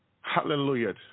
Hallelujah